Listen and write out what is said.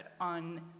on